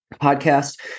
podcast